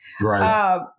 Right